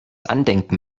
andenken